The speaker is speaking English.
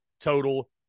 total